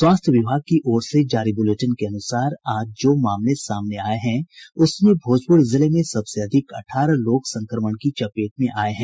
स्वास्थ्य विभाग की ओर से जारी बुलेटिन के अनुसार आज जो मामले सामने आये हैं उसमें भोजपुर जिले में सबसे अधिक अठारह लोग संक्रमण की चपेट में आए हैं